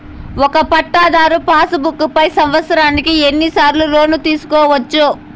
ఒక పట్టాధారు passbook పై సంవత్సరానికి ఎన్ని సార్లు లోను తీసుకోవచ్చు?